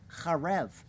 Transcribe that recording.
charev